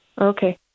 Okay